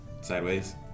sideways